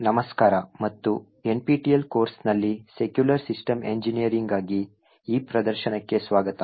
ನಮಸ್ಕಾರ ಮತ್ತು NPTEL ಕೋರ್ಸ್ನಲ್ಲಿ ಸೆಕ್ಯೂರ್ ಸಿಸ್ಟಮ್ ಎಂಜಿನಿಯರಿಂಗ್ಗಾಗಿ ಈ ಪ್ರದರ್ಶನಕ್ಕೆ ಸ್ವಾಗತ